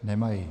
Nemají.